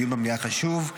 הדיון במליאה חשוב.